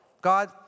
God